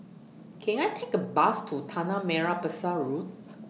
Can I Take A Bus to Tanah Merah Besar Road